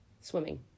Swimming